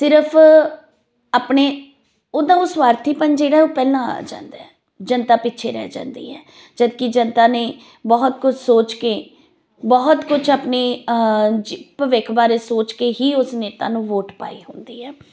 ਸਿਰਫ ਆਪਣੇ ਉਹਦਾ ਉਹ ਸਵਾਰਥੀਪਣ ਜਿਹੜਾ ਉਹ ਪਹਿਲਾਂ ਆ ਜਾਂਦਾ ਜਨਤਾ ਪਿੱਛੇ ਰਹਿ ਜਾਂਦੀ ਹੈ ਜਦਕਿ ਜਨਤਾ ਨੇ ਬਹੁਤ ਕੁਛ ਸੋਚ ਕੇ ਬਹੁਤ ਕੁਛ ਆਪਣੇ ਭਵਿੱਖ ਬਾਰੇ ਸੋਚ ਕੇ ਹੀ ਉਸ ਨੇਤਾ ਨੂੰ ਵੋਟ ਪਾਈ ਹੁੰਦੀ ਹੈ